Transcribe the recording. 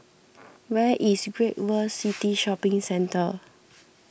where is Great World City Shopping Centre